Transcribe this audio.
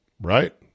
Right